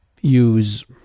use